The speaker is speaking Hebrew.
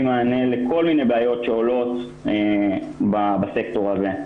מענה לכל מיני בעיות שעולות בסקטור הזה.